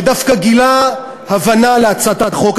שדווקא גילה הבנה להצעת החוק.